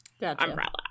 umbrella